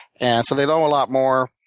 and so they know a lot more,